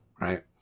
Right